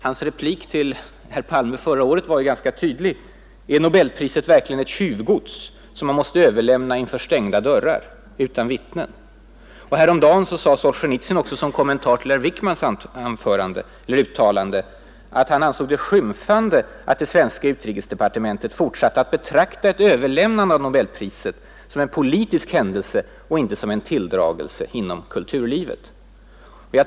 Hans replik till herr Palme förra året var ganska tydlig: ”Är nobelpriset verkligen ett tjuvgods som man måste överlämna inför stängda dörrar utan vittnen?” Häromdagen sade Solzjenitsyn som kommentar till herr Wickmans uttalande att han ansåg det ”skymfande” när det svenska utrikesdepartementet fortsätter att betrakta ett överlämnande av nobelpriset ”som en politisk händelse, inte som en tilldragelse inom kulturlivet”.